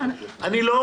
למשל --- אני לא מתייחס,